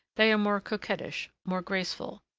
they are more coquettish, more graceful.